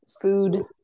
Food